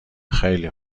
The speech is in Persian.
خیلی